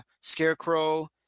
Scarecrow